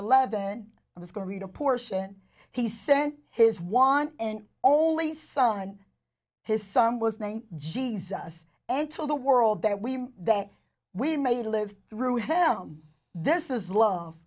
eleven i was going to read a portion he sent his one and only son his son was named jesus and told the world that we that we may live through hell this is love